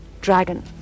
dragon